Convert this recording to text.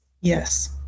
Yes